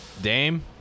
Dame